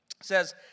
says